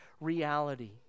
reality